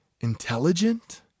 intelligent